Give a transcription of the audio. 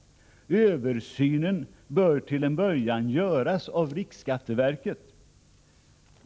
Översynen bör till en början göras av riksskatteverket.